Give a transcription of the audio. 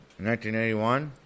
1981